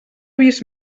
vist